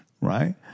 Right